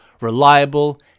reliable